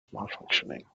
malfunctioning